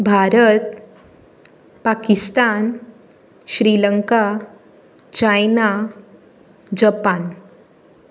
Bharat Pakistan Sri Lanka China Japan